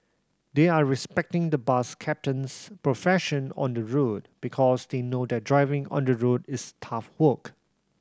they're respecting the bus captain's profession on the road because they know that driving on the road is tough work